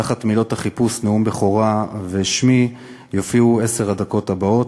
תחת מילות החיפוש "נאום בכורה" ושמי יופיעו עשר הדקות הבאות.